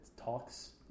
talks